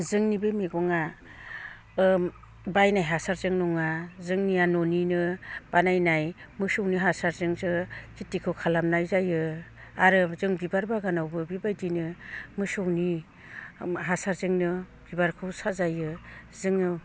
जोंनि बे मैगंआ बायनाय हासारजों नङा जोंनिया न'निनो बानायनाय मोसौनि हासारजोंसो खेथिखौ खालामनाय जायो आरो जों बिबार बागानावबो बेबायदिनो मोसौनि हासारजोंनो बिबारखौ साजायो जोङो